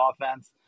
offense